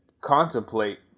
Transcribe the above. contemplate